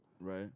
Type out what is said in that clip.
right